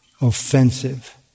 offensive